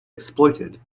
exploited